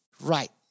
right